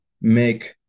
make